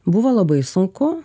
buvo labai sunku